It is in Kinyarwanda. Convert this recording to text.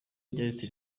ryahise